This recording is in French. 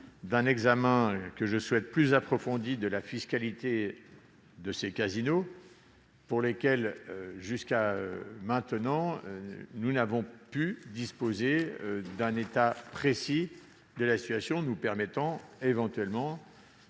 d'un examen plus approfondi de la fiscalité de ces casinos. Jusqu'à maintenant, nous n'avons pu disposer d'un état précis de la situation nous permettant, éventuellement,